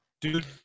dude